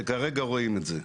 שכרגע רואים את זה.